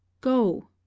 Go